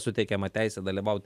suteikiama teisė dalyvaut